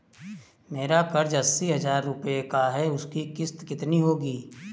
मेरा कर्ज अस्सी हज़ार रुपये का है उसकी किश्त कितनी होगी?